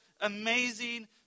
amazing